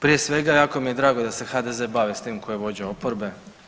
Prije svega jako mi je drago da se HDZ bavi s tim tko je vođa oporbe.